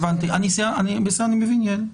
אני מבין, יעל.